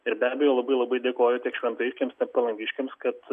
ir be abejo labai labai dėkoju tik šventajiškiams tikime kad palangiškiams kad